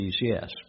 yes